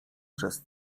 przez